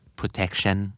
protection